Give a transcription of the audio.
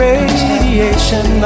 Radiation